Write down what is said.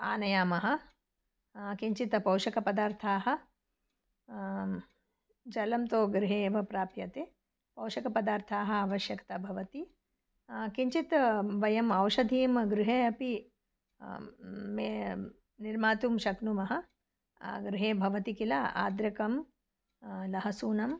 आनयामः किञ्चित् पौशकपदार्थाः जलं तु गृहे एव प्राप्यते पोषकपदार्थाः आवश्यकता भवति किञ्चित् वयम् औषधीं गृहे अपि मे निर्मातुं शक्नुमः गृहे भवति किल आद्रकं लहसूनं